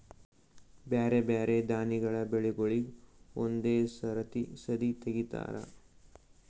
ಬ್ಯಾರೆ ಬ್ಯಾರೆ ದಾನಿಗಳ ಬೆಳಿಗೂಳಿಗ್ ಒಂದೇ ಸರತಿ ಸದೀ ತೆಗಿತಾರ